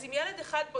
אז אם ילד אחד בודד,